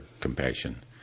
compassion